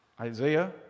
Isaiah